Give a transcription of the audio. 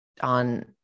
on